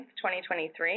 2023